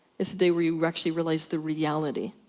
it's the day where you actually realize the reality.